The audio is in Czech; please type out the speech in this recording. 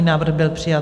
Návrh byl přijat.